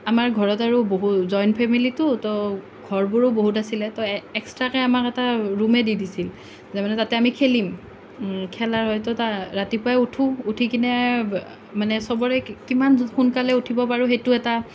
আমাৰ ঘৰত আৰু জইন ফেমিলিতো তো ঘৰবোৰো বহুত আছিলে তো এক্সষ্ট্ৰাকৈ আমাক এটা ৰূমেই দি দিছিল তাৰ মানে তাতে আমি খেলিম খেলাৰ হয়তো তাৰ ৰাতিপুৱাই উঠোঁ উঠি কিনে মানে সবৰে কিমান সোনকালে উঠিব পাৰোঁ সেইটো এটা